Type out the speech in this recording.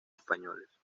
españoles